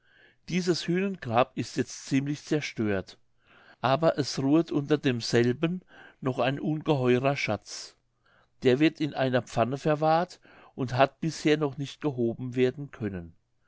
dieses hühnengrab ist jetzt ziemlich zerstört aber es ruhet unter demselben noch ein ungeheurer schatz der wird in einer pfanne verwahrt und hat bisher noch nicht gehoben werden können